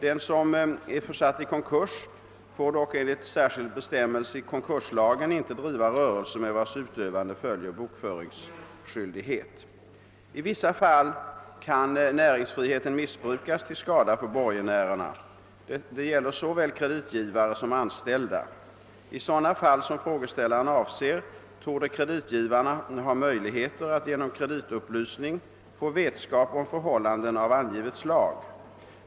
Den som är försatt i konkurs får dock enligt särskild bestämmelse i konkurslagen inte driva rörelse med vars utövande följer bokföringsskyldighet. I vissa fall kan näringsfriheten missbrukas till skada för borgenärerna. Det gäller såväl kreditgivare som anställda. I sådana fall som frågeställaren avser torde kreditgivarna ha möjligheter att genom kreditupplysning få vetskap om förhållanden av angivet slag.